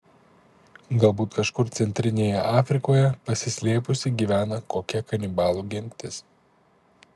galbūt kažkur centrinėje afrikoje pasislėpusi gyvena kokia kanibalų gentis